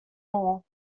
mall